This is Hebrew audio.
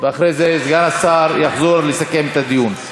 ואחרי זה סגן השר יחזור לסכם את הדיון.